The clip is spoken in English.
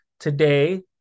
Today